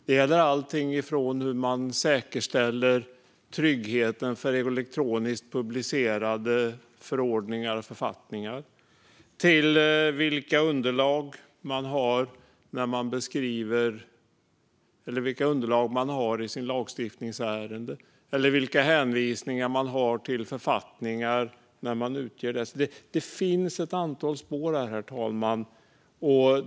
Det gäller alltifrån hur man säkerställer tryggheten i fråga om elektroniskt publicerade förordningar och författningar till vilka underlag man har i lagstiftningsärenden eller vilka hänvisningar man har till författningar när man utger dem. Det finns alltså ett antal spår här, herr talman.